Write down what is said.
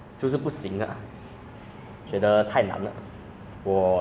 它的那个 grade 应该是 a D or C